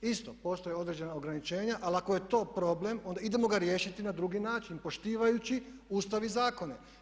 Isto postoje određena ograničenja ali ako je to problem onda idemo ga riješiti na drugi način, poštivajući Ustav i zakone.